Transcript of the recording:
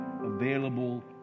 available